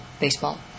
baseball